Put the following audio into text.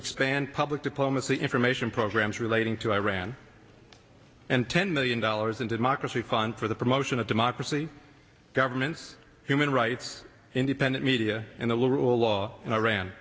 expand public diplomacy information programs relating to iran and ten million dollars in democracy fund for the promotion of democracy governments human rights independent media and the rule of law i